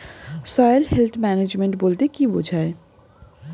Soil health management বলতে কি বুঝায়?